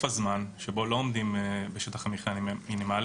הזמן שבו לא עומדים בשטח המחיה המינימלי,